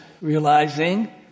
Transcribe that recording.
realizing